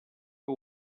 que